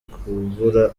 kubura